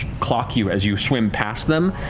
clock you as you swim past them,